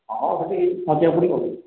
ହଁ ସେଠି କାଟିବାକୁ ପଡ଼ିବ ଆଉ